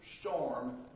storm